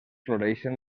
floreixen